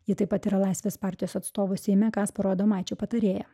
ji taip pat yra laisvės partijos atstovo seime kasparo adomaičio patarėja